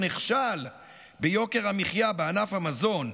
שנכשל ביוקר המחיה בענף המזון,